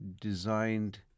designed